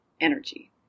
energy